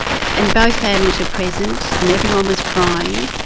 and both families were present, and everyone was crying,